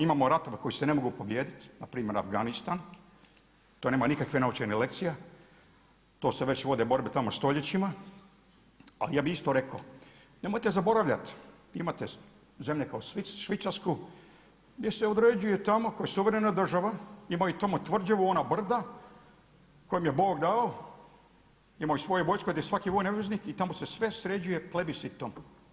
Imamo ratove koji se ne mogu pobijediti, npr. Afganistan to nema nikakve naučene lekcije, to se već vode borbe tamo stoljećima, a ja bi isto rekao, nemojte zaboravljati imate zemlje kao što Švicarska gdje se određuje tamo koja je suvremena država imaju tamo tvrđavu ona brda koja im je Bog dao, imaju svoju vojsku gdje svak vojni obveznik i tamo se sve sređuje plebiscitom.